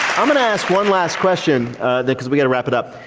i'm going to ask one last question because we got to wrap it up.